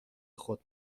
خود